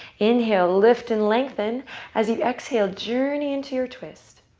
inhale. lift and lengthen as you exhale. journey into your twist.